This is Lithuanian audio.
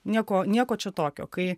nieko nieko čia tokio kai